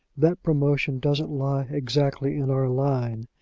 that promotion doesn't lie exactly in our line.